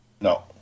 No